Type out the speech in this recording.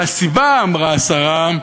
והסיבה, אמרה השרה,